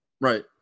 right